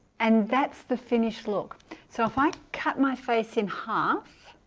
and that's the finished look so if i cut my face in half